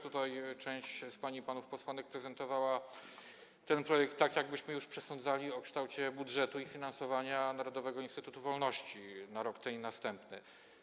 Tutaj część z pań posłanek i panów posłów prezentowała ten projekt tak, jak byśmy już przesądzali o kształcie budżetu i finansowania Narodowego Instytutu Wolności na rok ten i następny.